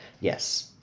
Yes